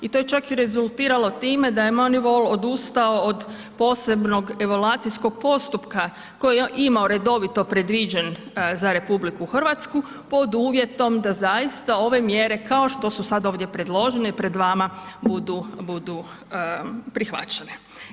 I to je čak rezultiralo time da je Manivol odustao od posebnog evaluacijskog postupka koji je imao redovito predviđen za RH pod uvjetom da zaista ove mjere kao što su sad ovdje predložene pred vama budu, budu prihvaćene.